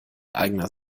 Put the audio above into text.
eigener